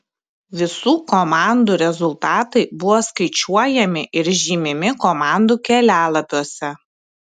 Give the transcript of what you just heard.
visų komandų rezultatai buvo skaičiuojami ir žymimi komandų kelialapiuose